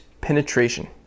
penetration